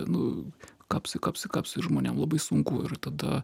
nu kapsi kapsi kapsi ir žmonėm labai sunku ir tada